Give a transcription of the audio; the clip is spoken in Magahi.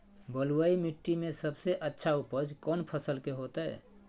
बलुई मिट्टी में सबसे अच्छा उपज कौन फसल के होतय?